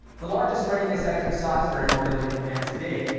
the largest readiness exercise for air mobility command to date,